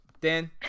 Dan